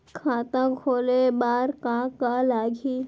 खाता खोले बार का का लागही?